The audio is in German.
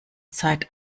zeit